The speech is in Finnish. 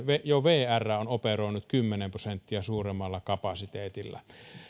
jo operoinut kymmenen prosenttia suuremmalla kapasiteetilla